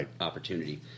opportunity